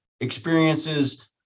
experiences